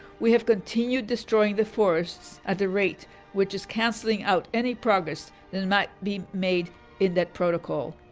we have continued destroying the forests at the rate which is cancelling out any progress that might be made in that protocol.